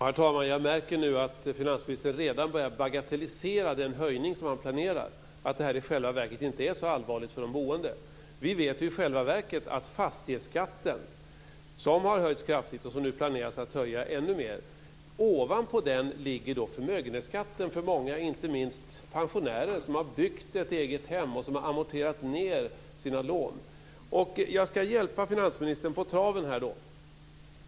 Herr talman! Jag märker nu att finansministern redan börjar bagatellisera den höjning som man planerar och säger att detta i själva verket inte är så allvarligt för de boende. Vi vet ju att ovanpå fastighetsskatten, som har höjts kraftigt och som man nu planerar att höja ännu mer, ligger förmögenhetsskatten för många, inte minst för pensionärer som har byggt ett eget hem och amorterat ned sina lån. Jag ska hjälpa finansministern på traven här.